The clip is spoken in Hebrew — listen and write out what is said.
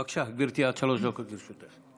בבקשה, גברתי, עד שלוש דקות לרשותך.